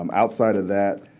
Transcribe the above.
um outside of that,